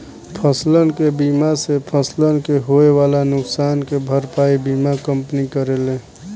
फसलसन के बीमा से फसलन के होए वाला नुकसान के भरपाई बीमा कंपनी करेले